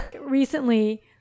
Recently